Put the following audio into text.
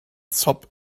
zob